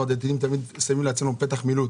אנחנו הדתיים תמיד שמים לעצמנו פתח מילוט,